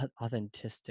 authentic